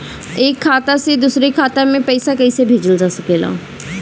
एक खाता से दूसरे खाता मे पइसा कईसे भेजल जा सकेला?